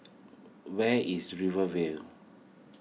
where is Rivervale